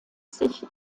sich